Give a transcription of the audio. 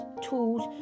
Tools